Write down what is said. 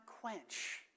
quench